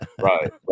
right